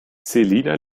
selina